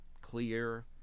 clear